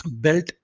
built